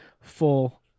full